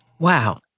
Wow